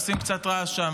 עושים שם קצת רעש.